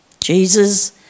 Jesus